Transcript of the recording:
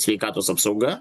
sveikatos apsauga